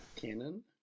canon